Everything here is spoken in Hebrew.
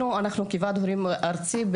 כוועד ההורים הארצי,